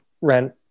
rent